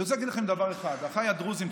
אני אגיד לכם דבר אחד, אחיי הדרוזים.